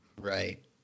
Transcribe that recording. Right